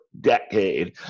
decade